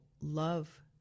love